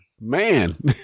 man